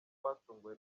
batunguwe